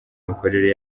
imikorere